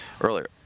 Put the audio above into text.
earlier